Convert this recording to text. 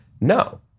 No